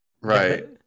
Right